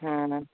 हुँ हुँ